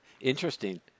Interesting